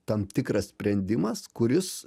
tam tikras sprendimas kuris